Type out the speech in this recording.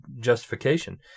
justification